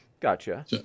Gotcha